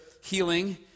healing